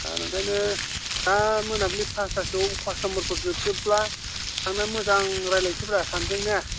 दा ओंखायनो दा मोनबिलि फासथासोआव कास्टमारफोर जोबजोबब्ला थांना मोजां रायज्लायनोसैब्रा सानैजों ने